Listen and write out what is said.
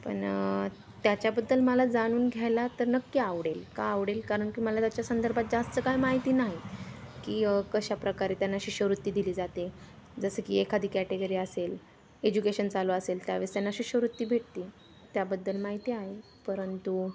पण त्याच्याबद्दल मला जाणून घ्यायला तर नक्की आवडेल का आवडेल कारण की मला त्याच्या संदर्भात जास्त काय माहिती नाही की कशाप्रकारे त्यांना शिष्यवृत्ती दिली जाते जसं की एखादी कॅटेगरी असेल एज्युकेशन चालू असेल त्यावेळेस त्यांना शिष्यवृत्ती भेटते त्याबद्दल माहिती आहे परंतु